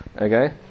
okay